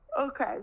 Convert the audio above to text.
Okay